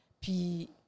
Puis